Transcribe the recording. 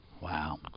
Wow